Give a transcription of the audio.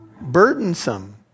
burdensome